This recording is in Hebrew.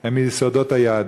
היא מיסודות היהדות.